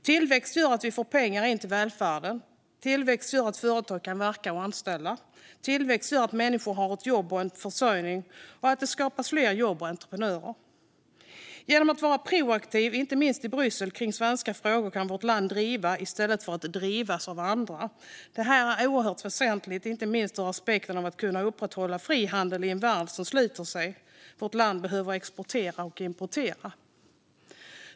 Tillväxt gör att vi får pengar in till välfärden. Tillväxt gör att företag kan verka och anställa. Tillväxt gör att människor har ett jobb och en försörjning samt att det skapas fler jobb och entreprenörer. Genom att vara proaktiv, inte minst i Bryssel, i svenska frågor kan vårt land driva i stället för att drivas av andra. Det här är oerhört väsentligt, inte minst ur aspekten att kunna upprätthålla frihandel i en värld som sluter sig. Vårt land behöver exportera och importera.